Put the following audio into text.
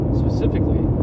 specifically